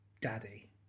daddy